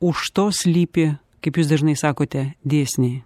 už to slypi kaip jūs dažnai sakote dėsniai